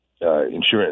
insurance